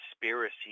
conspiracy